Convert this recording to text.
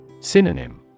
Synonym